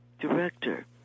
director